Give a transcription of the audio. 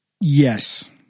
Yes